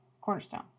cornerstone